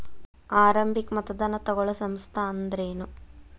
ಆರಂಭಿಕ್ ಮತದಾನಾ ತಗೋಳೋ ಸಂಸ್ಥಾ ಅಂದ್ರೇನು?